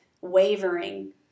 wavering